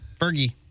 Fergie